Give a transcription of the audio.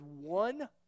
one